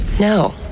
No